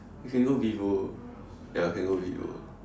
we can go Vivo ya can go Vivo